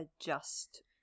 adjust